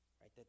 right